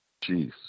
Jeez